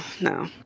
no